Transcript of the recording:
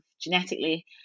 genetically